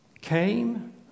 came